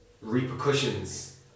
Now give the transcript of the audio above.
repercussions